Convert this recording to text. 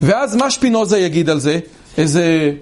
ואז מה שפינוזה יגיד על זה, איזה...